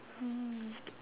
mm